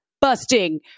busting